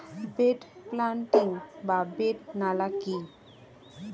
Bed planting বা bed নালা কি?